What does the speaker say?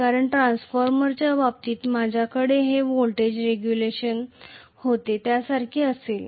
कारण ट्रान्सफॉर्मरच्या बाबतीत माझ्याकडे जे व्होल्टेज रेग्युलेशन होते त्यासारखेच असेल